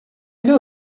know